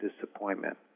disappointment